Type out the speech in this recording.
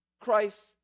Christ